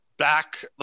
Back